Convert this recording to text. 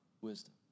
wisdom